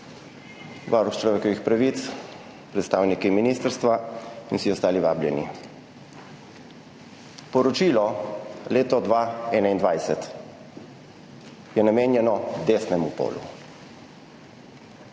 varuh človekovih pravic, predstavniki ministrstva in vsi ostali vabljeni! Poročilo leta 2021 je namenjeno desnemu polu.